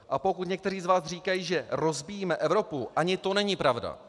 A pokud někteří z vás říkají, že rozbíjíme Evropu, ani to není pravda.